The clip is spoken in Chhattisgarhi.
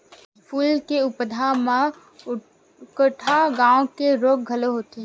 फूल के पउधा म उकठा नांव के रोग घलो होथे